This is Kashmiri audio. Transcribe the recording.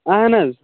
اَہَن حظ